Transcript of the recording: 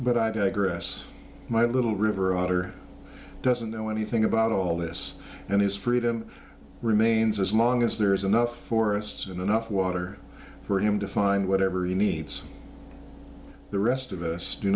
but i digress my little river author doesn't know anything about all this and his freedom remains as long as there's enough forests and enough water for him to find whatever he needs the rest of us do